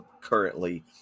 currently